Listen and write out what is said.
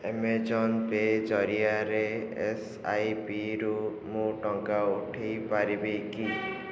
Amazon pay ଜରିଆରେ ଏସ୍ଆଇପିରୁ ମୁଁ ଟଙ୍କା ଉଠାଇପାରିବି କି